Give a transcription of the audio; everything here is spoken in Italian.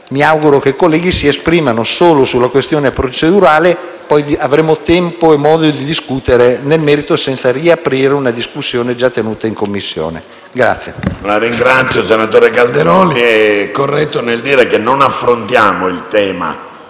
Mi auguro che i colleghi si esprimano solo sulla questione procedurale; poi avremo tempo e modo di discutere nel merito senza riaprire una discussione già tenuta in Commissione.